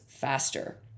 faster